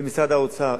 במשרד האוצר.